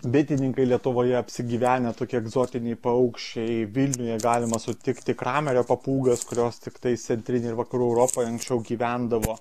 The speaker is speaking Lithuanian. bitininkai lietuvoje apsigyvenę tokie egzotiniai paukščiai vilniuje galima sutikti kramerio papūgas kurios tiktai centrinėje ir vakarų europoje anksčiau gyvendavo